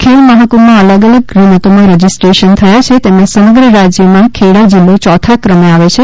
ખેલ મહાકુંભમાં અલગ અલગ રમતોમાં રજિસ્ટ્રેશન થયા છે તેમાં સમગ્ર રાજ્યમાં ખેડા જિલ્લો ચોથા ક્રમે આવે છે